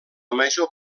major